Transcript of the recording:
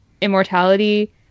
immortality